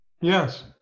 Yes